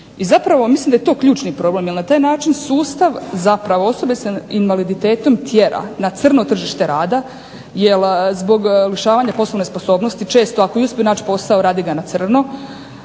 I zapravo mislim da je to ključni problem jer na taj način sustav zapravo osobe s invaliditetom tjera na crno tržište rada jer zbog lišavanja poslovne sposobnosti često ako i uspiju naći posao rade ga na crno,